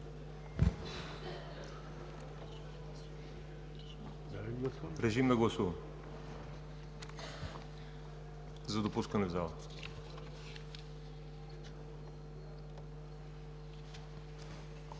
Режим на гласуване за допускане в залата.